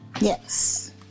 Yes